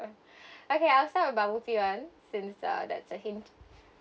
okay I'll send you bubble tea once since uh that's a hint